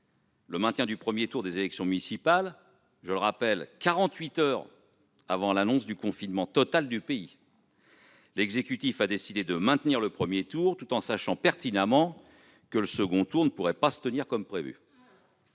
le maintien du premier tour des élections municipales quarante-huit heures, je le rappelle, avant l'annonce du confinement total du pays. L'exécutif a décidé de maintenir le premier tour en sachant pertinemment que le second ne pourrait avoir lieu comme prévu.